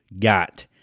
got